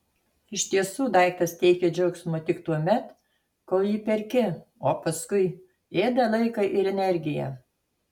iš tiesų daiktas teikia džiaugsmo tik tuomet kol jį perki o paskui ėda laiką ir energiją